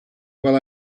well